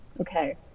okay